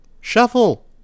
Shuffle